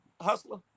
Hustler